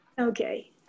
Okay